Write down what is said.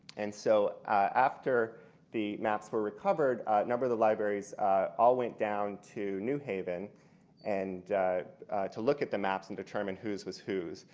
and so after the maps were recovered, a number of the libraries all went down to new haven and to look at the maps and determine who's was whose?